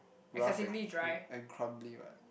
rough and and crumbly [what]